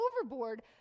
overboard